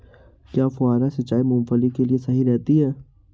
क्या फुहारा सिंचाई मूंगफली के लिए सही रहती है?